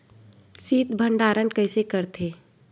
शीत भंडारण कइसे करथे?